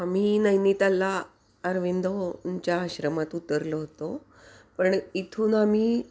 आम्ही नैनिताला अरविंदोंच्या आश्रमात उतरलो होतो पण इथून आम्ही